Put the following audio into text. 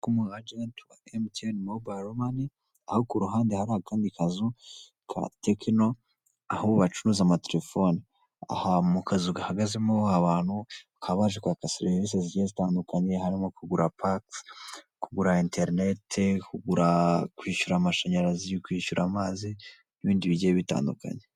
K'umu agenti wa MTN mobilo mani aho ku ruhande hari akandi kazu ka tekino aho bacuruza amaterefone aha mu kazu gahagazemo abantu bakaba baje kwaka serivise zigiye zitandukanye harimo kugura pakesi, kugura interineti, kwishyura amashanyarazi kwishura amazi n'ibindi bigiye bitandukanye.